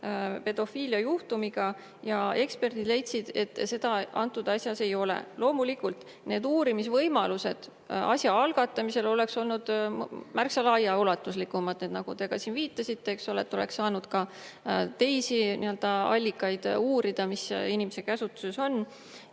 pedofiiliajuhtumiga. Eksperdid leidsid, et seda antud asjas ei ole. Loomulikult, need uurimisvõimalused asja algatamisel oleks olnud märksa laiaulatuslikumad, nagu te siin ka viitasite, oleks saanud uurida ka teisi allikaid, mis inimese käsutuses on.